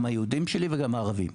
גם היהודים שלי וגם הערבים,